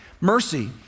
Mercy